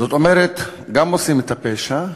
זאת אומרת, גם עושים את הפשע,